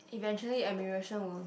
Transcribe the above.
eventually admiration won't